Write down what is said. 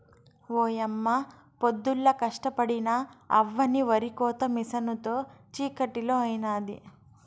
ఓయమ్మ పొద్దుల్లా కష్టపడినా అవ్వని ఒరికోత మిసనుతో చిటికలో అయినాది